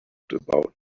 about